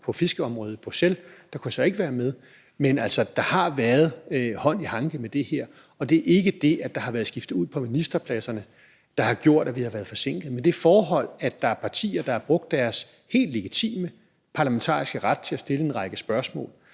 på fiskeriområdet, så jeg ikke kunne være med, men man har haft hånd i hanke med det her, og det er ikke det, at der har været skiftet ud på ministerpladserne, der har gjort, at vi har været forsinket, men det forhold, at der er partier, der har brugt deres helt legitime parlamentariske ret til at stille en række spørgsmål,